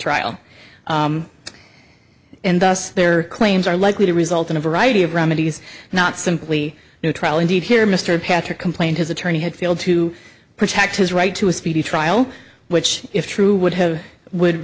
trial and thus their claims are likely to result in a variety of remedies not simply a new trial indeed here mr patrick complained his attorney had failed to protect his right to a speedy trial which if true would have would